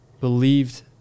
believed